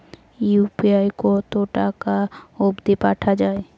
UPI কতো টাকা অব্দি পাঠা যায়?